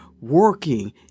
working